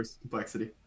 complexity